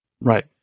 Right